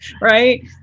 right